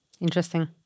Interesting